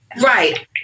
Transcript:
Right